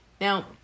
Now